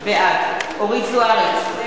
בעד אורית זוארץ,